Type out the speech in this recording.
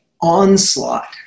onslaught